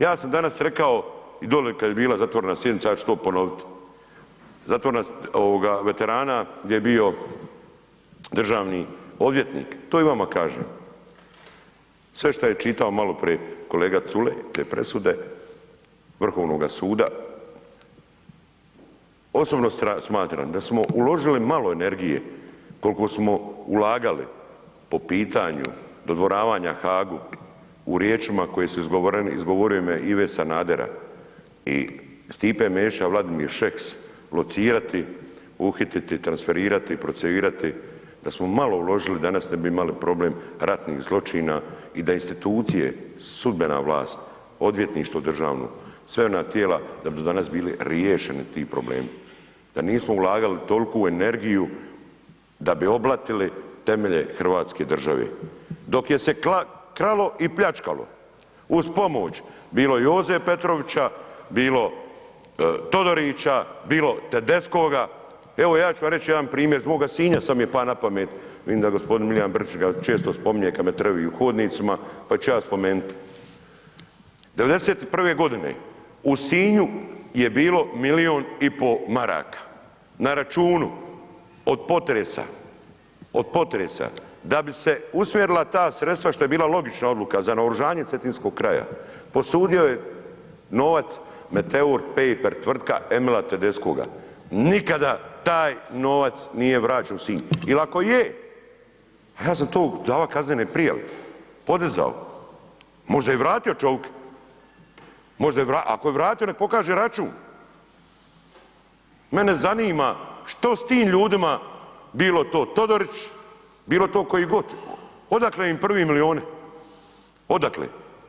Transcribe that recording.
Ja sam danas rekao i doli kad je bila zatvorena sjednica, ja ću to ponovit, zatvorena ovoga veterana gdje je bio državni odvjetnik, to i vama kažem, sve šta je čitao maloprije kolega Culej, te presude Vrhovnoga suda, osobno smatram da smo uložili malo energije kolko smo ulagali po pitanju dodvoravanja Hagu u riječima koje su izgovorene, izgovorene Ive Sanadera i Stipe Mesića, Vladimir Šeks, locirati, uhititi, transferirati, proceirati, da smo malo uložili danas ne bi imali problem ratnih zločina i da institucije, sudbena vlast, odvjetništvo državno, sve ona tijela da bi do danas bili riješeni ti problemi, da nismo ulagali tolku energiju da bi oblatili temelje hrvatske države, dok se je kralo i pljačkalo uz pomoć bilo Joze Petrovića, bilo Todorića, bilo Tedeskoga, evo ja ću vam reći jedan primjer, iz moga Sinja, sad mi je pa napamet, vidim da g. Milijan Brkić ga često spominje kad me trevi u hodnicima, pa ću ja spomenut. '91.g. u Sinju je bilo milijun i po maraka na računu od potresa, od potresa, da bi se usmjerila ta sredstva, što je bila logična odluka, za naoružanje Cetinskog kraja, posudio je novac Meteor Papera, tvrtka Emila Tedeskoga, nikada taj novac nije vraćen u Sinj il ako je, pa ja sam tu dava kaznene prijave, podizao, možda je i vratio čovik, možda je vratio, ako je vratio nek pokaže račun, mene zanima što s tim ljudima bilo to Todorić, bilo to koji god, odakle im prvi milijuni, odakle?